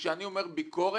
וכשאני אומר ביקורת,